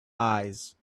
eyes